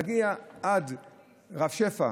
להגיע עד רב-שפע,